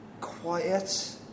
quiet